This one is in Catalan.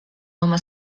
home